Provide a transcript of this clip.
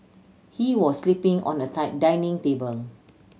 he was sleeping on a dining table